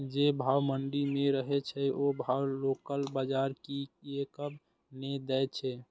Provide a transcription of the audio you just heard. जे भाव मंडी में रहे छै ओ भाव लोकल बजार कीयेक ने दै छै?